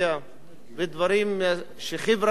ודברים חברתיים פרופר,